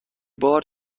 بار